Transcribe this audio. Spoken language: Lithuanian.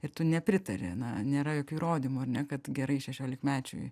ir tu nepritari na nėra jokių įrodymų ar ne kad gerai šešiolikmečiui